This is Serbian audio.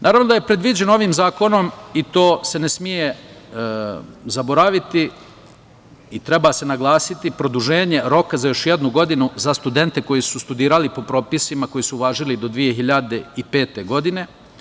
Naravno da je predviđeno ovim zakonom, i to se ne sme zaboraviti i treba se naglasiti, produženje roka za još jednu godinu za studente koji su studirali po propisima koji su važili do 2005. godine.